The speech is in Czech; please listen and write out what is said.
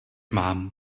mám